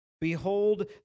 Behold